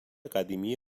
قدیمی